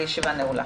הישיבה נעולה.